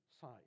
side